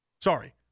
sorry